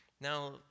Now